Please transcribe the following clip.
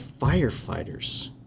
firefighters